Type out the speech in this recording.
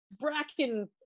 Bracken